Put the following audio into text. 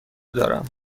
دارم